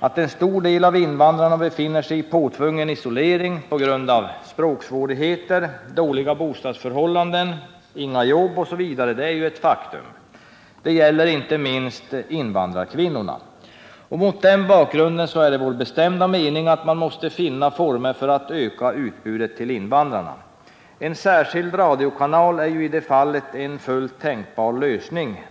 att många invandrare befinner sig i påtvungen isolering på grund av språksvårigheter, dåliga bostadsförhållanden, brist på jobb osv. Det gäller inte minst invandrarkvinnorna. Mot den bakgrunden är det vår bestämda mening att man måste finna former för att öka utbudet i radio och TV för invandrarna. En särskild radiokanal för invandrare är en fullt tänkbar lösning.